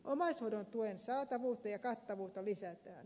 omaishoidon tuen saatavuutta ja kattavuutta lisätään